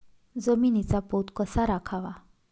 जमिनीचा पोत कसा राखावा?